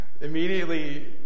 Immediately